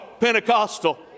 Pentecostal